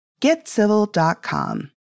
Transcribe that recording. Getcivil.com